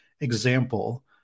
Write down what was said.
example